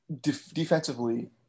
Defensively